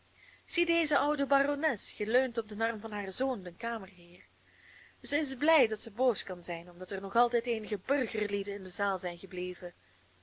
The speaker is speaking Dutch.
zie deze oude barones geleund op den arm van haar zoon den kamerheer zij is blij dat ze boos kan zijn omdat er nog altijd eenige burgerlieden in de zaal zijn gebleven